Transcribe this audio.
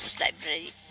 Library